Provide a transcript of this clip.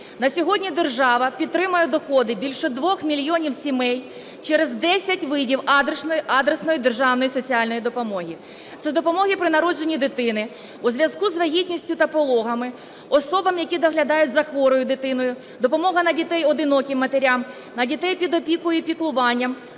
На сьогодні держава підтримує доходи більш 2 мільйонів сімей через десять видів адресної державної соціальної допомоги: це допомога при народженні дитини у зв'язку з вагітністю та пологами; особам, які доглядають за хворою дитиною; допомога на дітей одиноким матерям; на дітей під опікою і піклуванням;